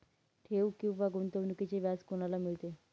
ठेव किंवा गुंतवणूकीचे व्याज कोणाला मिळते?